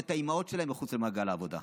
ואת האימהות שלהם מחוץ למעגל העבודה.